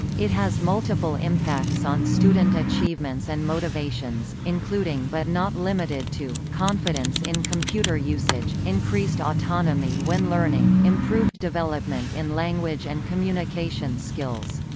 it has multiple impacts on student achievements and motivations, including but not limited to confidence in computer usage, increased autonomy when learning, improved development in language and communication skills.